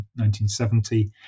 1970